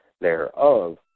thereof